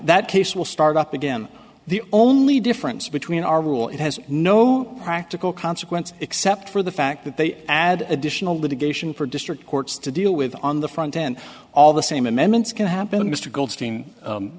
case will start up again the only difference between our rule it has no practical consequence except for the fact that they add additional litigation for district courts to deal with on the front end all the same amendments can happen mr g